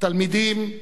תלמידים,